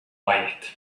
quiet